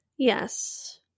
yes